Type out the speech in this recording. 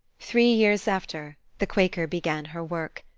three years after, the quaker began her work.